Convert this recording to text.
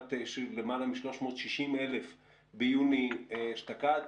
לעומת למעלה מ-360,000 ביוני אשתקד.